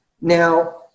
Now